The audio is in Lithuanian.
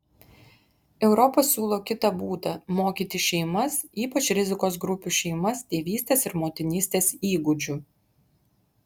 europa siūlo kitą būdą mokyti šeimas ypač rizikos grupių šeimas tėvystės ir motinystės įgūdžių